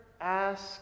ask